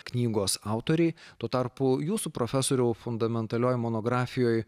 knygos autoriai tuo tarpu jūsų profesoriau fundamentalioj monografijoj